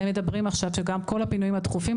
אתם מדברים עכשיו שגם כל הפינויים הדחופים,